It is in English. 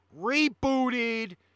rebooted